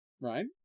right